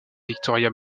victoria